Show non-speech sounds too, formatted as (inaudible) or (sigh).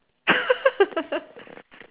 (laughs)